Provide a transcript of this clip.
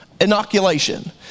inoculation